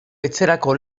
etxerako